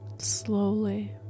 Slowly